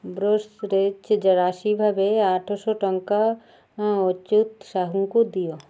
brokerage ରାଶି ଭାବେ ଆଠଶହ ଟଙ୍କା ଅଚ୍ୟୁତ ସାହୁଙ୍କୁ ଦିଅ